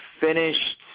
finished